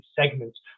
segments